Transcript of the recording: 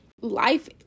life